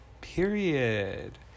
period